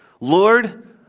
Lord